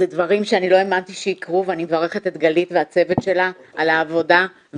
דברים שאני לא האמנתי שיקרו ואני מברכת את גלית והצוות שלה על העבודה,